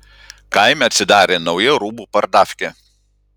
kaime atsidarė nauja rūbų pardafkė